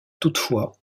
toutefois